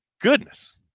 goodness